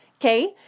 okay